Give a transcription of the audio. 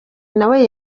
nawe